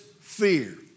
fear